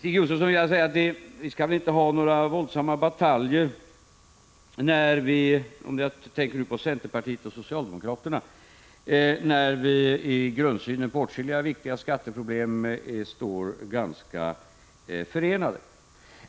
Stig Josefson och jag behöver inte ha några våldsamma bataljer om centerpartiets och socialdemokraternas uppfattningar, när vi i grundsynen på åtskilliga viktiga skatteproblem står ganska förenade.